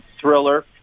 thriller